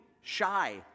shy